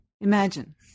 Imagine